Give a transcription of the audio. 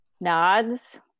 nods